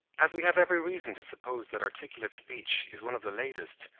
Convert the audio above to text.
as we have every reason to suppose that articulate speech is one of the latest,